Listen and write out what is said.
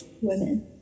Women